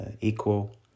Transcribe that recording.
equal